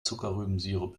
zuckerrübensirup